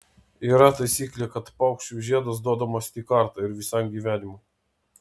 yra taisyklė kad paukščiui žiedas duodamas tik kartą ir visam gyvenimui